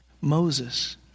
Moses